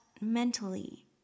mentally